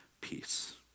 peace